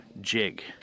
jig